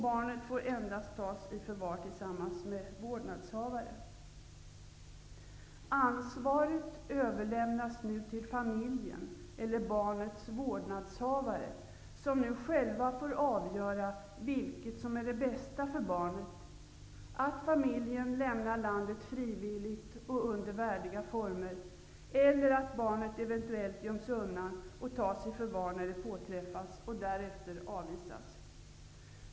Barnet får endast tas i förvar tillsammans med vårdnadshavare. Ansvaret överlämnas nu till familjen eller barnets vårdnadshavare som nu själva får avgöra vilket som är det bästa för barnet: antingen att familjen lämnar landet frivilligt och under värdiga former eller att barnet eventuellt göms undan och tas i förvar när det påträffas och därefter avvisas.